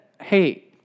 hey